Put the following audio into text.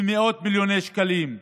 במאות מיליוני שקלים.